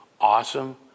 awesome